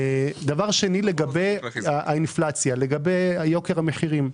דבר שני, לגבי האינפלציה, לגבי יוקר המחירים.